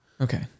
Okay